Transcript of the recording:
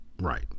right